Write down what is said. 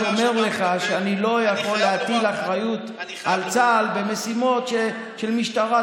אני רק אומר לך שאני לא יכול להטיל אחריות על צה"ל במשימות של משטרה.